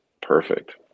perfect